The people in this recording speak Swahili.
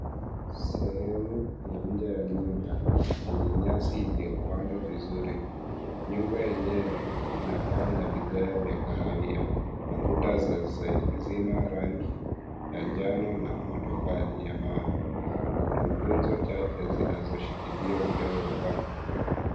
Sehemu ya nje ya nyumba yenye nyasi iliyopandwa vizuri, nyumba yenyewe ina paa la vigae vya kahawia na kuta zinarangi ya njano na matofali ya mawe, kuna nguzo chache zilizoshikila upeo wa paa.